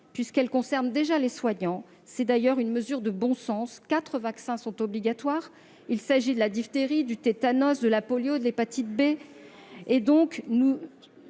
puisqu'elle concerne déjà les soignants. C'est d'ailleurs une mesure de bon sens. Ainsi, quatre vaccins sont obligatoires - il s'agit de la diphtérie, du tétanos, de la poliomyélite et de l'hépatite B